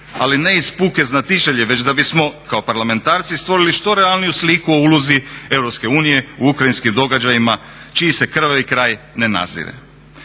ali ne iz puke znatiželje već da bismo kao parlamentarci stvorili što realniju sliku o ulozi EU u ukrajinskim događajima čiji se krvavi kraj ne nazire.